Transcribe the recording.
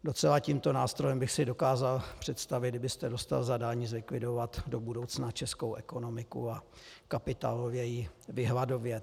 Docela tímto nástrojem bych si dokázal představit, kdybyste dostal zadání zlikvidovat do budoucna českou ekonomiku a kapitálově ji vyhladovět.